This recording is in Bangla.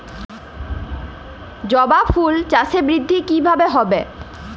জবা ফুল চাষে বৃদ্ধি কিভাবে হবে?